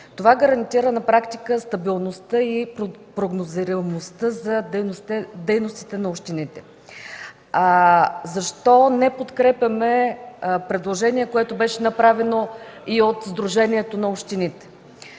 Това гарантира на практика стабилността и прогнозируемостта за дейностите на общините. Защо не подкрепяме предложение, което беше направено и от Сдружението на общините?